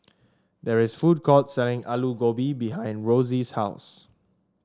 there is a food court selling Alu Gobi behind Rossie's house